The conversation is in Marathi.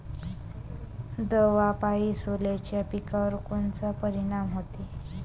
दवापायी सोल्याच्या पिकावर कोनचा परिनाम व्हते?